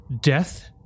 Death